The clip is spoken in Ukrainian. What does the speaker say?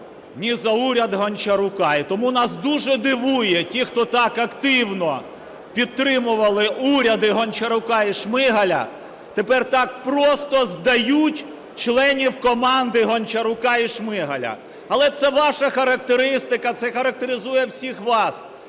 ні за уряд Гончарука. І тому нас дуже дивують ті, хто так активно підтримували уряд і Гончарука, і Шмигаля, тепер так просто "здають" членів команди Гончарука і Шмигаля. Але це ваша характеристика, це характеризує всіх вас,